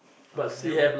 I was never